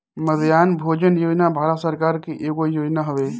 मध्याह्न भोजन योजना भारत सरकार के एगो योजना हवे